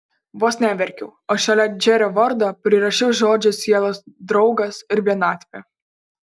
vos neverkiau o šalia džerio vardo prirašiau žodžius sielos draugas ir vienatvė